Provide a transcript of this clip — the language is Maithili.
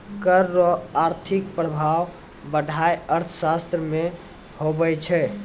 कर रो आर्थिक प्रभाब पढ़ाय अर्थशास्त्र मे हुवै छै